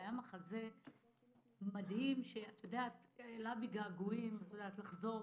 היה מחזה מדהים שהעלה בי געגועים לחזור